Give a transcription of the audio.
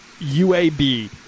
UAB